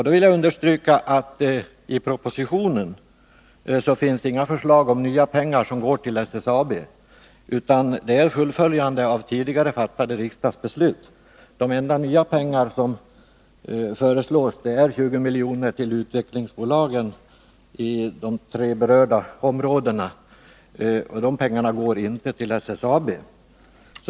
Då vill jag understryka att det i propositionen inte finns några förslag om nytt kapital till SSAB, utan att det bara är fråga om ett fullföljande av tidigare riksdagsbeslut — de enda nya pengar som föreslås är 20 milj.kr. till utvecklingsbolagen i de tre berörda områdena, men de pengarna går inte till SSAB.